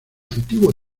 antiguo